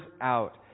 out